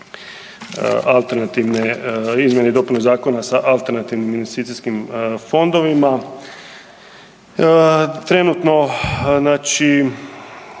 izmjene i dopune zakona sa alternativnim investicijskim fondovima. Trenutno znači,